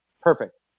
perfect